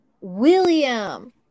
William